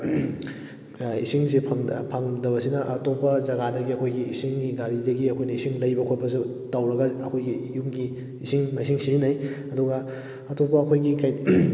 ꯏꯁꯤꯡꯁꯦ ꯐꯪꯗꯕꯁꯤꯅ ꯑꯇꯣꯞꯄ ꯖꯒꯥꯗꯒꯤ ꯑꯩꯈꯣꯏꯒꯤ ꯏꯁꯤꯡꯒꯤ ꯒꯥꯔꯤꯗꯒꯤ ꯑꯩꯈꯣꯏꯅ ꯏꯁꯤꯡ ꯂꯩꯕ ꯈꯣꯠꯄꯁꯨ ꯇꯧꯔꯒ ꯑꯩꯈꯣꯏꯒꯤ ꯌꯨꯝꯒꯤ ꯏꯁꯤꯡ ꯃꯥꯏꯁꯤꯡ ꯁꯤꯖꯤꯟꯅꯩ ꯑꯗꯨꯒ ꯑꯇꯣꯞꯄ ꯑꯩꯈꯣꯏꯒꯤ ꯀꯔꯤ